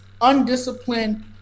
undisciplined